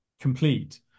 complete